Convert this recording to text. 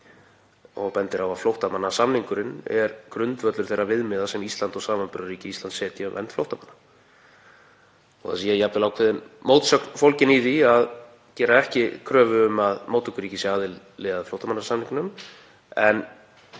og bendir á að flóttamannasamningurinn sé grundvöllur þeirra viðmiða sem Ísland og samanburðarríki Íslands setja um vernd flóttamanna og það sé jafnvel ákveðin mótsögn fólgin í því að gera ekki kröfu um að móttökuríki sé aðili að flóttamannasamningnum en